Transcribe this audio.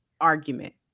argument